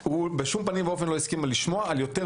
בשום פנים ואופן הוא לא הסכים לשמוע על יום